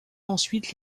ensuite